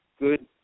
good